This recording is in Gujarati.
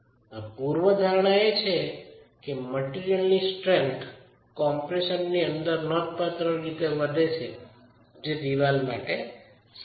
પ્રુર્વધારણા એ છે કે મટિરિયલની સ્ટ્રેન્થ કોમ્પ્રેસનની અંદર નોંધપાત્ર રીતે વધે છે જે ચણતર માટે સાચી છે